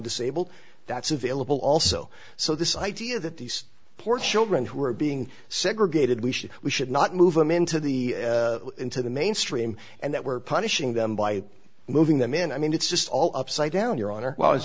disabled that's available also so this idea that these poor children who are being segregated we should we should not move them into the into the mainstream and that we're punishing them by moving them in i mean it's just all upside down your hon